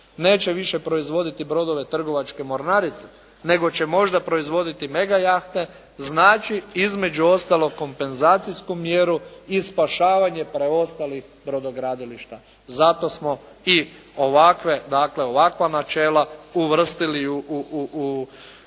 neće više proizvoditi brodove trgovačke mornarice, nego će možda proizvoditi mega jahte, znači između ostalog kompenzacijsku mjeru i spašavanje preostalih brodogradilišta. Zato smo i ovakve dakle ovakva načela uvrstili u